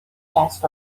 جست